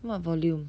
what volume